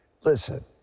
Listen